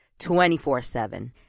24-7